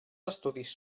estudis